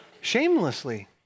shamelessly